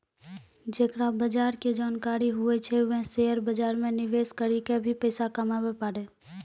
जेकरा बजार के जानकारी हुवै छै वें शेयर बाजार मे निवेश करी क भी पैसा कमाबै पारै